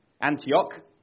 Antioch